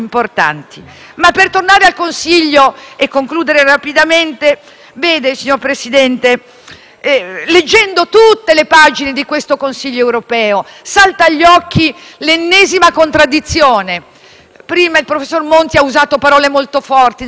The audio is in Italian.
leggendo tutte le pagine di questo Consiglio europeo salta agli occhi l'ennesima contraddizione. Prima il professor Monti ha usato parole molto forti nella difesa della nostra bandiera. Bene, anche in questo Consiglio europeo ci sono ben due pagine di normative